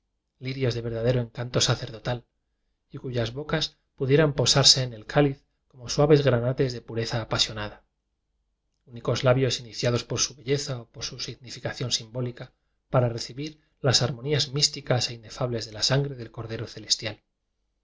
lirios de ver dadero encanto sacerdotal y cuyas bocas pudieran posarse en el cáliz como suaves granates de pureza apasionada únicos labios iniciados por su belleza o por su sig nificación simbólica para recibir las har monías místicas e inefables de la sangre del cordero celestial